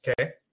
Okay